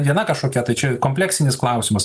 viena kažkokia tai čia kompleksinis klausimas